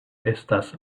estas